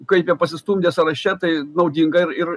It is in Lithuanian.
kaip jie pasistumdė sąraše tai naudinga ir ir